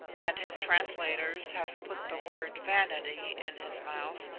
and his translators have put the word vanity in his mouth,